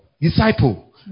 disciple